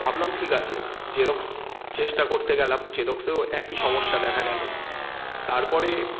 ভাবলাম ঠিক আছে জেরক্স চেষ্টা করতে গেলাম জেরক্সেও একই সমস্যা দেখা গেলো তারপরে